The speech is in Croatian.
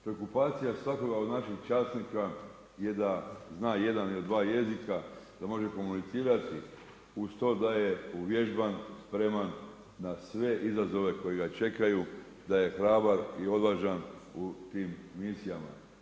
Preokupacija svakoga od naših časnika, je da zna jedan ili dva jezika, da može komunicirati, uz to da je uvježban, spreman, na sve izazove koji ga čekaju, da je hrabar i odvažan u tim misijama.